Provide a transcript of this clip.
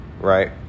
Right